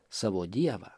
savo dievą